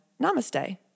namaste